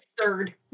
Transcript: third